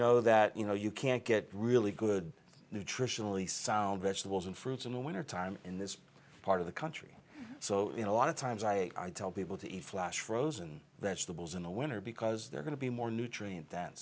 know that you know you can't get really good nutritionally sound vegetables and fruits in the wintertime in this part of the country so a lot of times i tell people to eat flash frozen vegetables in the winter because they're going to be more nutrient